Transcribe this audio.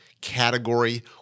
category